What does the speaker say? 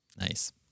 Nice